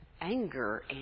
anger